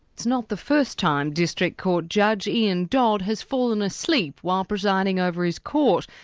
it's not the first time district court judge ian dodd has fallen asleep while presiding over his court.